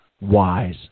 wise